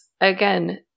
again